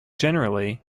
generally